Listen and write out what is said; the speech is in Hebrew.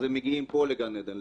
אז הם מגיעים פה לגן עדן,